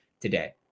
today